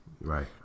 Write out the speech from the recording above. Right